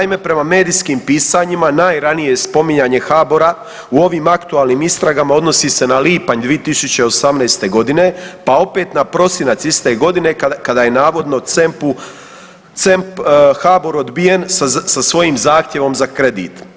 Naime, prema medijskim pisanjima najranije spominjanje HABOR-a u ovim aktualnim istragama odnosi se na lipanj 2018. godine, pa opet na prosinac iste godine kada je navodno C.E.M.P.-u, C.E.M.P. HABOR-u odbijen sa svojim zahtjevom za kredit.